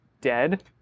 dead